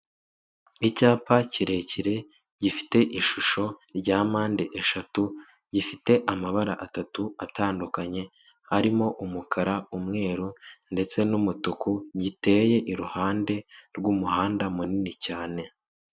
Icyapa kirekire gifite ishusho rya mpande eshatu gifite amabara atatu atandukanye, harimo umukara, umweru ndetse n'umutuku, giteye iruhande rw'umuhanda munini cyane.